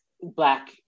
black